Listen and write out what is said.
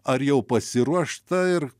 ar jau pasiruošta ir